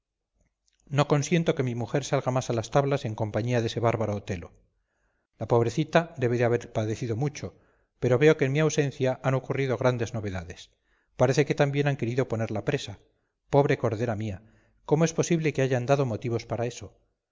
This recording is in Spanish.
no consiento que mi mujer salga más a las tablas en compañía de ese bárbaro otelo la pobrecita debe de haber padecido mucho pero veo que en mi ausencia han ocurrido grandes novedades parece que también han querido ponerla presa pobre cordera mía cómo es posible que haya dado motivos para eso